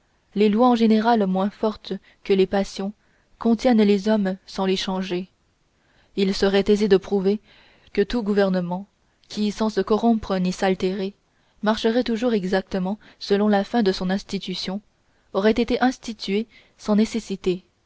les lois en général moins fortes que les passions contiennent les hommes sans les changer il serait aisé de prouver que tout gouvernement qui sans se corrompre ni s'altérer marcherait toujours exactement selon la fin de son institution aurait été institué sans nécessité